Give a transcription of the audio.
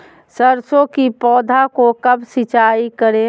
सरसों की पौधा को कब सिंचाई करे?